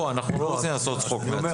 בוא, אנחנו לא רוצים לעשות צחוק מעצמנו.